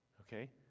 Okay